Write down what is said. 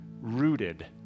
rooted